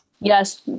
yes